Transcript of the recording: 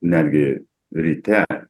netgi ryte